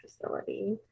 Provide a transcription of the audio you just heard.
facility